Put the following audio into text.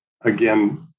Again